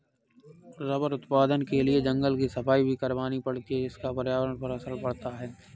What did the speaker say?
rubber उत्पादन के लिए जंगल की सफाई भी करवानी पड़ती है जिसका पर्यावरण पर असर पड़ता है